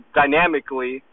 dynamically